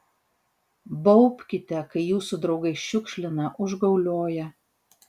baubkite kai jūsų draugai šiukšlina užgaulioja